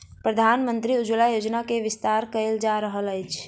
प्रधानमंत्री उज्ज्वला योजना के विस्तार कयल जा रहल अछि